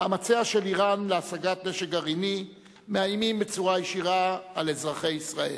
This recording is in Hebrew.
מאמציה של אירן להשגת נשק גרעיני מאיימים בצורה ישירה על אזרחי ישראל.